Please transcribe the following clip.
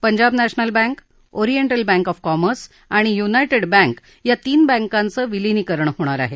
पंजाब नक्षमिल bank Oriental bank of commerce आणि United bank या तीन बँकांचं विलीनीकरण होणार आहे